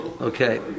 Okay